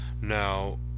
Now